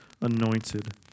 anointed